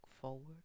forward